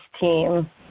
team